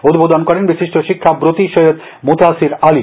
উদ্বোধন করেন বিশিষ্ট শিক্ষাব্রতী সৈয়দ মোতাছির আলী